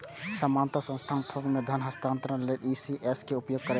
सामान्यतः संस्थान थोक मे धन हस्तांतरण लेल ई.सी.एस के उपयोग करै छै